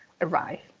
arrive